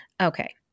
Okay